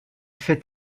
fait